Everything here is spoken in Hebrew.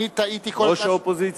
אני טעיתי כל, ראש האופוזיציה?